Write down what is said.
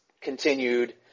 continued